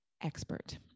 expert